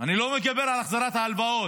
אני לא מדבר על החזרת ההלוואות.